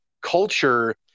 culture